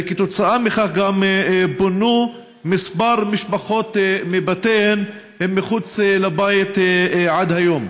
וכתוצאה מכך גם פונו כמה משפחות מבתיהן אל מחוץ לבית עד היום.